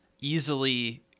easily